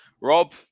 rob